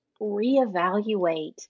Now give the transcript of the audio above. reevaluate